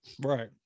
Right